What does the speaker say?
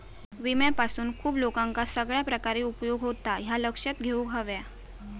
विम्यापासून खूप लोकांका सगळ्या प्रकारे उपयोग होता, ह्या लक्षात घेऊक हव्या